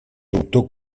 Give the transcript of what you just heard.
doctor